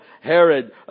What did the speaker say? Herod